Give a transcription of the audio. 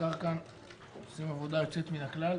שהוזכר כאן - עושים עבודה יוצאת מן הכלל.